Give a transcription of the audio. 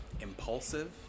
impulsive